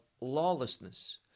lawlessness